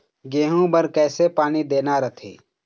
गेहूं बर कइसे पानी देना रथे?